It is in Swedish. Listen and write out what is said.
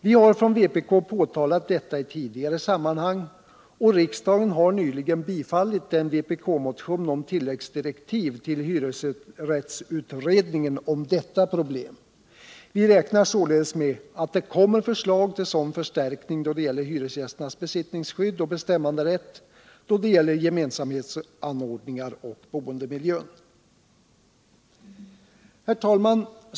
Vi har från vpk påtalat detta i tidigare sammanhang och riksdagen har nyligen bifallit en vpk-motion om tilläggsdirektiv till hyresrättsutredningen om detta problem. Vi räknar således med att det kommer förslag till sådan förstärkning då det gäller hyresgästernas besittningsskydd, och bestämmanderätt då det gäller gemensamhetsanordningar och boendemiljön. Herr talman!